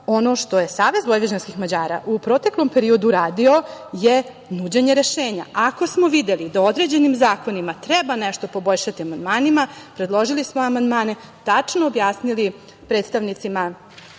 ono što je SVM u proteklom periodu uradio je nuđenje rešenja. Ako smo videli da određenim zakonima treba nešto poboljšati amandmanima, predložili smo amandmane, tačno objasnili predstavnicima,